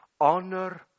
honor